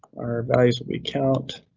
our values will be count,